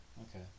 okay